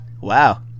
wow